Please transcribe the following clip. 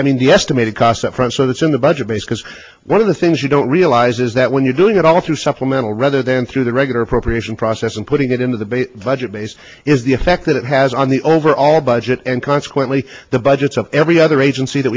the estimated cost up front so that's in the budget base because one of the things you don't realize is that when you're doing it all through supplemental rather than through the regular appropriation process and putting it into the base budget base is the effect that it has on the overall budget and consequently the budgets of every other agency that